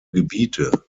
gebiete